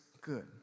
good